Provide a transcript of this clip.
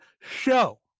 show